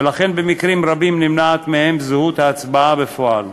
ולכן במקרים רבים נמנעת מהם זכות ההצבעה בפועל.